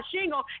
shingle